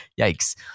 Yikes